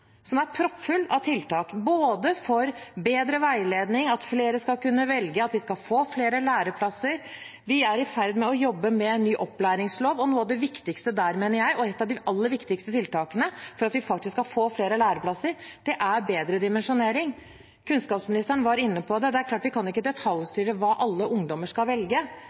som er proppfull av tiltak, både for bedre veiledning, at flere skal kunne velge, at vi skal få flere læreplasser. Vi er i ferd med å jobbe med ny opplæringslov, og noe av det viktigste der, mener jeg, og et av de aller viktigste tiltakene for at vi faktisk skal få flere læreplasser, er bedre dimensjonering. Kunnskapsministeren var inne på det. Det er klart, vi kan ikke detaljstyre hva alle ungdommer skal velge,